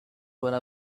while